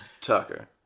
Tucker